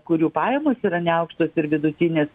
kurių pajamos yra neaukštos ir vidutinės